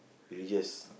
religious